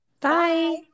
Bye